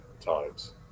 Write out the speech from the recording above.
times